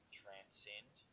transcend